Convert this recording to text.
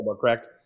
correct